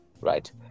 right